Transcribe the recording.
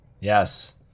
Yes